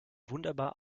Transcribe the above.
wunderbar